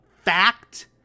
Fact